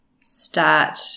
start